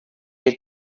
had